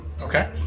Okay